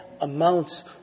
amounts